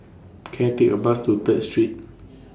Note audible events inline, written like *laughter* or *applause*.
*noise* Can I Take A Bus to Third Street